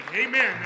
Amen